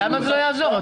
למה זה לא יעזור.